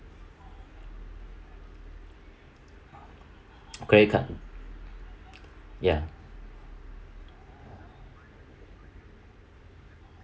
credit card ya